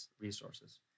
resources